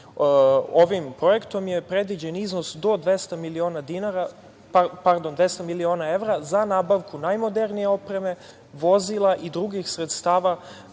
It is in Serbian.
Ovim projektom je predviđen iznos do 200 miliona evra za nabavku najmodernije opreme, vozila i drugih sredstava